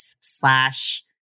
slash